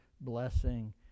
blessing